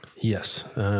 Yes